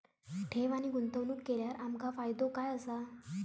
ठेव आणि गुंतवणूक केल्यार आमका फायदो काय आसा?